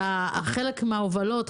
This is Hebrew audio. שחלק מההובלות,